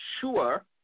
sure